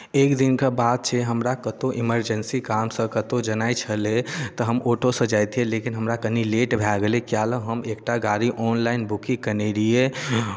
एक दिनके बात छै हमरा कतहु इमर्जेंसी कामसँ कतहु जेनाइ छलए तऽ हम ऑटोसँ जैतियै लेकिन हमरा कनि लेट भए गेलै किआ लेल हम एकटा गाड़ी ऑनलाइन बुकिंग कयने रहियै